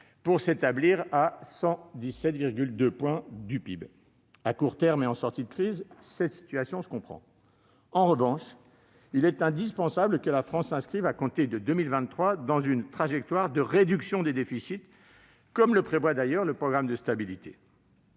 pour s'établir à 117,2 % du PIB. À court terme, et en sortie de crise, une telle situation se comprend. En revanche, il est indispensable que la France s'inscrive à compter de 2023 dans une trajectoire de réduction des déficits, comme le prévoit d'ailleurs le programme de stabilité.